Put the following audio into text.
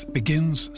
begins